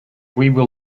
will